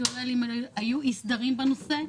כולל אם היו אי סדרים בנושא,